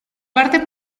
parte